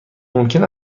ممکن